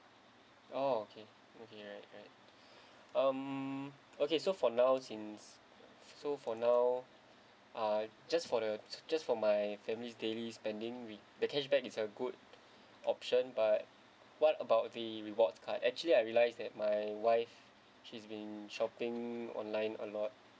oh okay okay right right um okay so for now since so for now ah just for the just for my family's daily spending we the cashback is a good option but what about the rewards card actually I realised that my wife she's been shopping online a lot